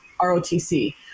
ROTC